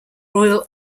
royal